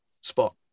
spot